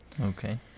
Okay